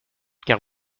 car